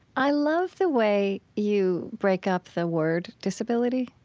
i love the way you break up the word disability.